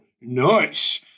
Nice